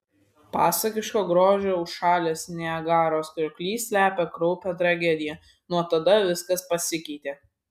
pasakiško grožio užšalęs niagaros krioklys slepia kraupią tragediją nuo tada viskas pasikeitė